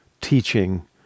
teaching